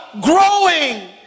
growing